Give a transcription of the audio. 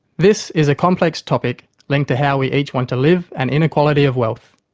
this is a complex topic linked to how we each want to live and inequality of wealth.